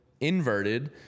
inverted